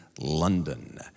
London